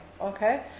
Okay